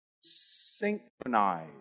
Synchronize